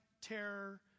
terror